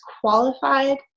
qualified